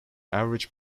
average